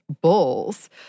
bulls